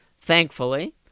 Thankfully